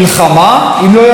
אם לא ייעשה שום דבר,